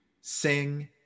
sing